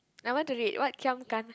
I want to read what giam kana